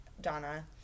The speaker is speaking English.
donna